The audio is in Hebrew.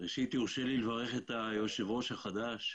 יורשה לי לברך את היושב-ראש החדש.